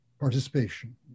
Participation